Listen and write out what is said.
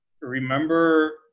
remember –